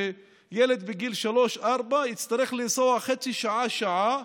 שילד בגיל שלוש או ארבע יצטרך לנסוע חצי שעה-שעה,